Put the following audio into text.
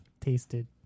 tasted